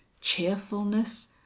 cheerfulness